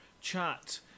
chat